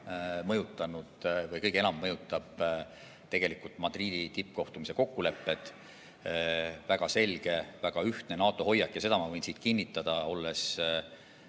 mõjutavad kõige enam tegelikult Madridi tippkohtumise kokkulepped, väga selge ja ühtne NATO hoiak. Seda ma võin siit kinnitada, olles